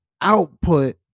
output